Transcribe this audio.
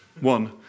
One